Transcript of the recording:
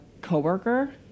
coworker